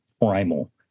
primal